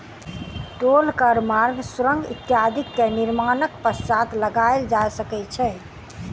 टोल कर मार्ग, सुरंग इत्यादि के निर्माणक पश्चात लगायल जा सकै छै